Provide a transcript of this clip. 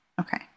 Okay